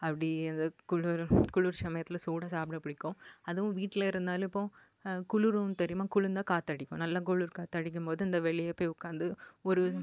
அப்படி அந்த குளிரு குளிர் சமயத்தில் சூடாக சாப்பிட பிடிக்கும் அதுவும் வீட்டில இருந்தாலும் இப்போ குளிரும் தெரியுமா குளிர்ந்த காற்றடிக்கும் நல்லா குளிர் காற்று அடிக்கும்போது இந்த வெளியே போய் உட்காந்து ஒரு